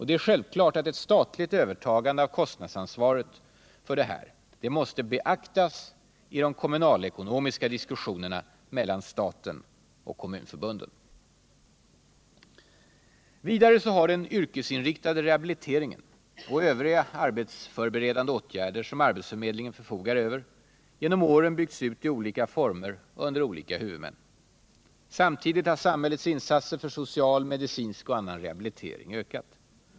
Det är självklart att ett statligt övertagande av kostnadsansvaret för det här måste beaktas i de kommunalekonomiska diskussionerna mellan staten och kommunförbunden. Vidare har den yrkesinriktade rehabiliteringen och övriga arbetsför Nr 48 beredande; åtgärder, som arbetsförmedlingen förfogar över, genom åren Tisdagen den byggts ut i olika former och under olika huvudmän. Samtidigt har sam 13 december 1977 hällets insatser för social, medicinsk och annan rehabilitering ökat.